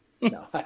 No